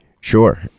sure